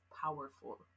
powerful